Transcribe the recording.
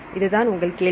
இதுதான் உங்கள் கேள்வி